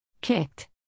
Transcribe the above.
Kicked